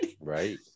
Right